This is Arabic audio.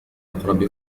أقرب